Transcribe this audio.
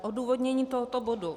Odůvodnění tohoto bodu.